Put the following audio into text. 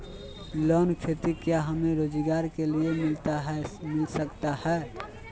Loan खेती क्या हमें रोजगार के लिए मिलता सकता है?